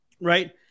right